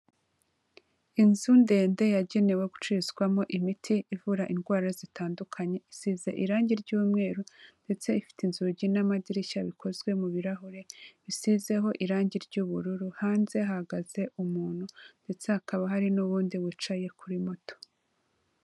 Inzu ndende yagenewe gucururizwamo imiti ivura indwara zitandukanye, isize irangi ry'umweru ndetse ifite inzugi n'amadirishya bikozwe mu birahure bisizeho irangi ry'ubururu, hanze hahagaze umuntu ndetse hakaba hari n'uwundi wicaye kuri moto.